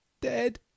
dead